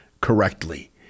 correctly